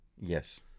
Yes